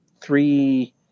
three